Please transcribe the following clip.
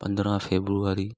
पंद्रहां फेब्रुआरी